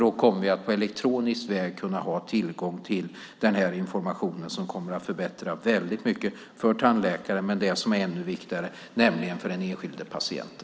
Då kommer vi att på elektronisk väg ha tillgång till informationen, som kommer att förbättra mycket för tandläkaren och - ännu viktigare - för den enskilda patienten.